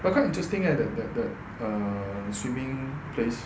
but quite interesting leh the the the swimming place